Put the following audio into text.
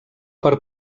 per